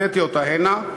הבאתי אותה הנה.